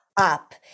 up